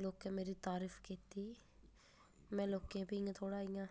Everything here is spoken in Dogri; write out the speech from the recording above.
लोकें मेरी तारीफ कीती में लोकें भी इ'यां थोह्ड़ा इ'यां